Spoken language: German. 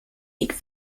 weg